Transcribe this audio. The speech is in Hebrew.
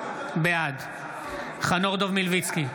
בעד חנוך דב מלביצקי,